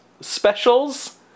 specials